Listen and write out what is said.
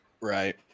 Right